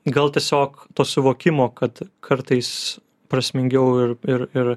gal tiesiog to suvokimo kad kartais prasmingiau ir ir ir